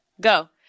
go